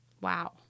Wow